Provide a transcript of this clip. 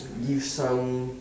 gives some